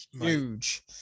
huge